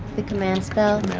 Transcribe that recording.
the command spell?